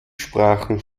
sprachen